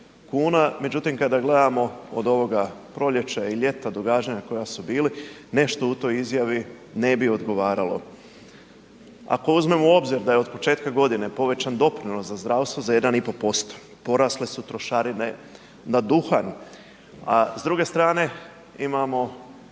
Međutim, kada gledamo od ovoga proljeća i ljeta događanja koja su bili, nešto u toj izjavi ne bi odgovaralo. Ako uzmemo u obzir da je od početka godine povećan doprinos za zdravstvo za 1,5%, porasle su trošarine na duhan, a s druge strane imamo